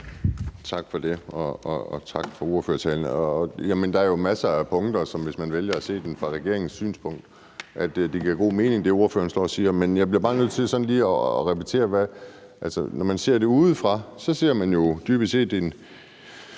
Tak for det, og tak for ordførertalen. Der er jo masser af punkter, som, hvis man vælger at se dem fra regeringens synspunkt, giver god mening, i forhold til hvad ordføreren står og siger. Men jeg bliver bare nødt til sådan lige at repetere. Altså, når man ser det udefra, ser man jo dybest set nogle